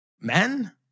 Men